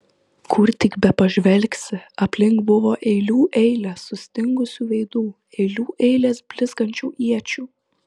kur tik bepažvelgsi aplink buvo eilių eilės sustingusių veidų eilių eilės blizgančių iečių